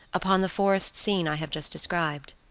upon the forest scene i have just described.